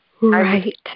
Right